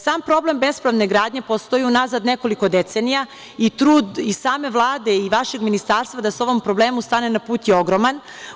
Sam problem bespravne gradnje postoji unazad nekoliko decenija i trud i same Vlade i vašeg ministarstva da se ovom problemu stane na put je ogroman.